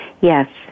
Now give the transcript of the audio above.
Yes